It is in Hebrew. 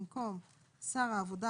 במקום "שר העבודה,